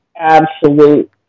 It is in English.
absolute